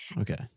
Okay